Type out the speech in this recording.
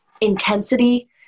intensity